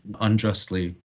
unjustly